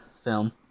film